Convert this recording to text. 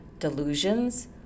Delusions